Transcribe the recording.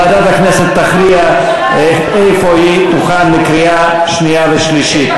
וועדת הכנסת תכריע איפה היא תוכן לקריאה שנייה ושלישית.